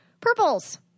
Purples